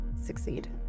succeed